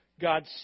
God